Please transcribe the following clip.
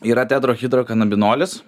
yra tedro hidro kanabinolis